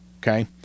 Okay